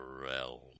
Realm